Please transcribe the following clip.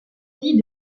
vie